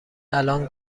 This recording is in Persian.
الان